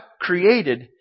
created